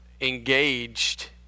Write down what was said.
engaged